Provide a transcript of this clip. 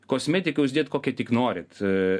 kosmetiką užsidėt kokią tik norit